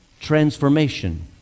transformation